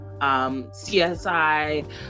CSI